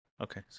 Okay